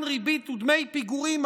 ריבית ודמי פיגורים),